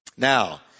Now